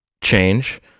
change